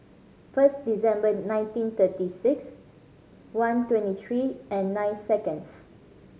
first December nineteen thirty six one twenty three and nine seconds